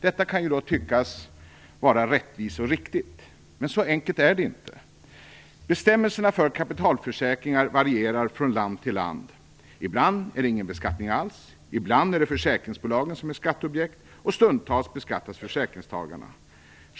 Detta kan ju tyckas vara rättvist och riktigt. Men så enkelt är det inte. Bestämmelserna för kapitalförsäkringar varierar från land till land. Ibland är det ingen beskattning alls, ibland är det försäkringsbolagen som är skatteobjekt och stundtals beskattas försäkringstagarna.